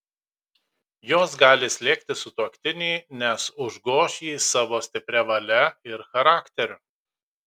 jos gali slėgti sutuoktinį nes užgoš jį savo stipria valia ir charakteriu